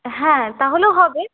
হ্যাঁ তাহলেও হবে